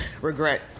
regret